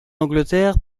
angleterre